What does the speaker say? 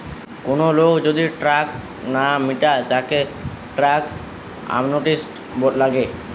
কোন লোক যদি ট্যাক্স না মিটায় তাকে ট্যাক্স অ্যামনেস্টি লাগে